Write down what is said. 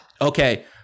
okay